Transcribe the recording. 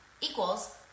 equals